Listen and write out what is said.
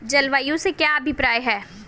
जलवायु से क्या अभिप्राय है?